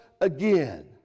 again